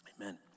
amen